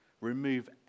Remove